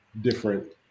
different